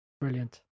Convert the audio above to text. Brilliant